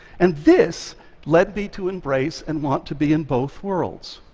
and this led me to embrace and want to be in both worlds.